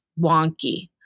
wonky